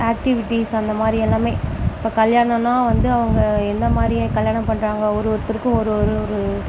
activities அந்த மாதிரி எல்லாமே இப்போ கல்யாணம்னால் வந்து அவங்க எந்த மாதிரி கல்யாணம் பண்ணுறாங்க ஒரு ஒருத்தருக்கும் ஒரு ஒரு ஒரு